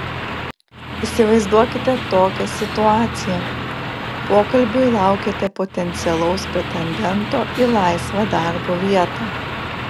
įsivaizduokite tokią situaciją pokalbiui laukiate potencialaus pretendento į laisvą darbo vietą